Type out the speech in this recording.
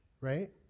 right